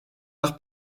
nach